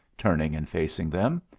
turning and facing them.